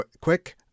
quick